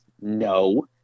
No